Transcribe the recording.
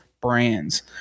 brands